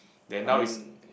then now is